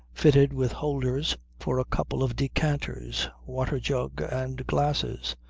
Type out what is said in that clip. fitted with holders for a couple of decanters, water-jug and glasses.